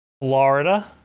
Florida